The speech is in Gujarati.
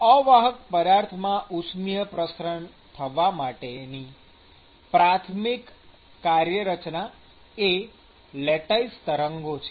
અવાહક પદાર્થમાં ઉષ્મિય પ્રસરણ થવા માટેની પ્રાથમિક કાર્યરચના એ લેટાઈસ તરંગો છે